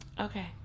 Okay